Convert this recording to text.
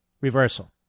reversal